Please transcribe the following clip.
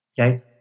Okay